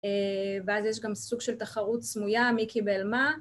ואז יש גם סוג של תחרות סמויה, מי קיבל מה.